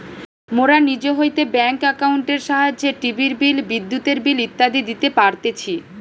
মোরা নিজ হইতে ব্যাঙ্ক একাউন্টের সাহায্যে টিভির বিল, বিদ্যুতের বিল ইত্যাদি দিতে পারতেছি